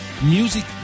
Music